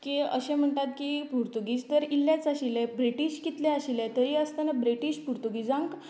की अशें म्हणटात की पुर्तुगीज तर इल्लेच आशिल्लें ब्रिटिश कितलें आशिल्लें तरी आसतना ब्रिटिश पुर्तुगीजांक